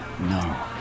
No